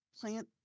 plant